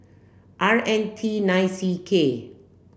R N T nine C K